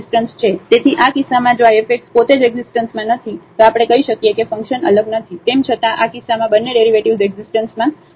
તેથી આ કિસ્સામાં જો આ fx પોતે જ એકઝીસ્ટન્સમાં નથી તો આપણે કહી શકીએ કે ફંક્શન અલગ નથી તેમ છતાં આ કિસ્સામાં બંને ડેરિવેટિવ્ઝ એકઝીસ્ટન્સમાં નથી